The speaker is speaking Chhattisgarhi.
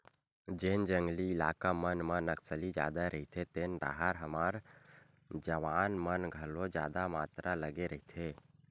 जेन जंगली इलाका मन म नक्सली जादा रहिथे तेन डाहर हमर जवान मन घलो जादा मातरा लगे रहिथे